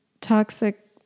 toxic